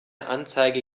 anzeige